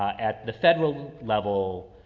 at the federal level,